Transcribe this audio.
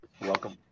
welcome